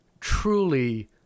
truly